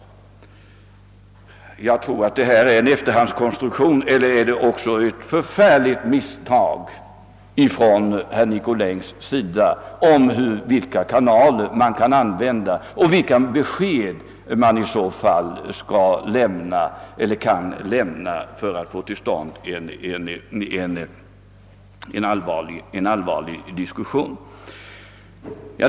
Jag tror det är en efterhandskonstruktion, eller också är det ett förfärligt misstag från herr Nicolins sida om vilka kanaler man kan använda och vilka besked man i så fall kan lämna för att få till stånd en allvarlig diskussion.